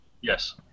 Yes